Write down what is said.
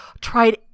tried